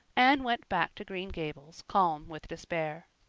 anne went back to green gables calm with despair.